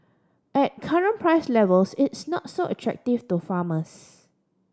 at current price levels it's not so attractive to farmers